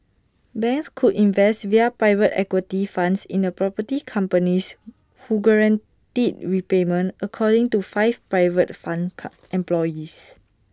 banks could invest via private equity funds in property companies who guaranteed repayment according to five private fund employees